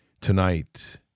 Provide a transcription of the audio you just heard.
tonight